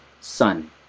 sun